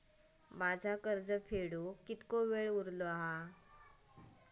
माझा कर्ज फेडुक किती वेळ उरलो हा?